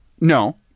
No